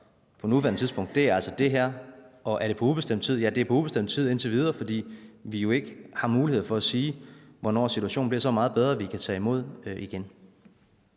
på nuværende tidspunkt, er altså det her. Om det er på ubestemt tid? Ja, det er på ubestemt tid indtil videre, fordi vi jo ikke har mulighed for at sige, hvornår situationen bliver så meget bedre, at vi kan tage imod igen.